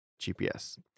GPS